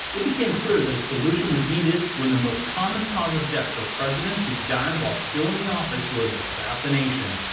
it became clear that a solution was needed, when the most common cause of for presidents who died while still in the office was assassination.